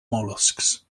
mollusks